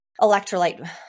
electrolyte